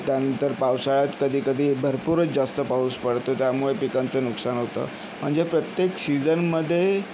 त्यानंतर पावसाळ्यात कधी कधी भरपूरच जास्त पाऊस पडतो त्यामुळे पिकांचं नुकसान होतं म्हणजे प्रत्येक सीझनमध्ये